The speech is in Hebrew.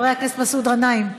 חבר הכנסת מסעוד גנאים,